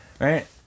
right